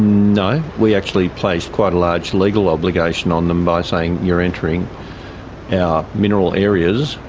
no, we actually placed quite a large legal obligation on them by saying you're entering our mineral areas,